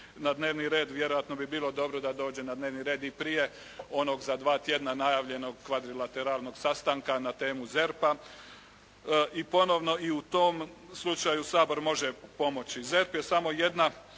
na dnevni red. Vjerojatno bi bilo dobro da dođe na dnevni red i prije onog za dva tjedna najavljenog kvadrilateralnog sastanka na temu ZERP-a i ponovo i u tom slučaju Sabor može pomoći. ZERP je samo jedna